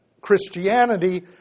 Christianity